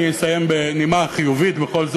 את הקטע הזה אני אסיים בנימה חיובית,